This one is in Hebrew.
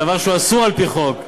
דבר שהוא אסור על-פי החוק.